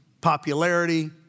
popularity